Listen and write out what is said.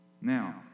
Now